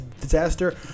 disaster